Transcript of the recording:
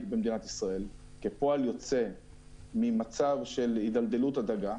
במדינת ישראל כפועל יוצא ממצב של הידלדלות הדגה,